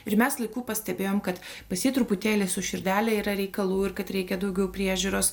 ir mes laiku pastebėjom kad pas jį truputėlį su širdele yra reikalų ir kad reikia daugiau priežiūros